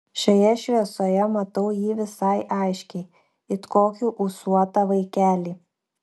šioje šviesoje matau jį visai aiškiai it kokį ūsuotą vaikelį